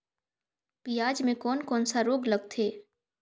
पियाज मे कोन कोन सा रोग लगथे?